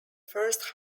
first